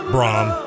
Brom